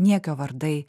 niekio vardai